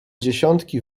dziesiątki